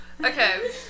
Okay